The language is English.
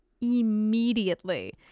immediately